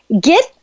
Get